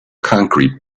concrete